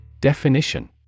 Definition